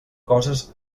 coses